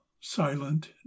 silent